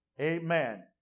Amen